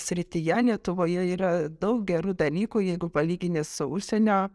srityje lietuvoje yra daug gerų dalykų jeigu palygini su užsienio